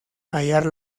hallar